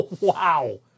Wow